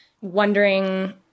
wondering